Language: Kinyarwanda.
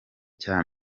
cya